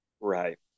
right